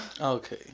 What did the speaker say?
okay